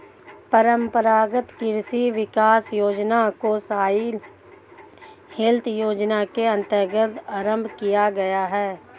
परंपरागत कृषि विकास योजना को सॉइल हेल्थ योजना के अंतर्गत आरंभ किया गया है